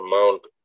amount